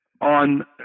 on